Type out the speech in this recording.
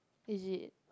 is it